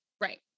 Right